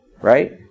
Right